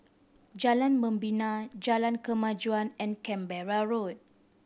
Jalan Membina Jalan Kemajuan and Canberra Road